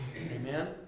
Amen